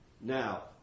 Now